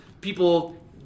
People